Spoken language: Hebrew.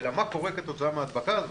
אלא מה קורה כתוצאה מההדבקה הזאת.